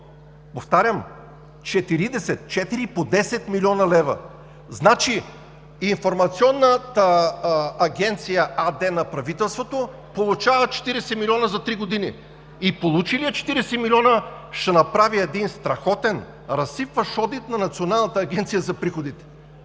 четири по десет милиона лева. Значи Информационната агенция АД на правителството получава 40 милиона за три години. И получилият 40 милиона ще направи един страхотен, разсипващ одит на Националната агенция за приходите!